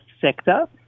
sector